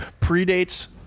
predates